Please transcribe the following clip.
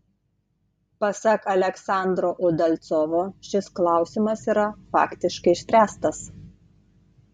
pasak aleksandro udalcovo šis klausimas yra faktiškai išspręstas